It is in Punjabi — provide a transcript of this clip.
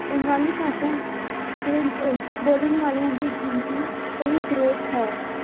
ਬੰਗਾਲੀ ਭਾਸ਼ਾ ਦੇ ਬੋਲਣ ਵਾਲਿਆਂ ਦੀ ਗਿਣਤੀ ਤੇਈ ਕਰੋੜ ਹੈ